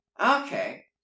Okay